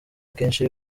akenshi